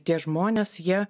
tie žmonės jie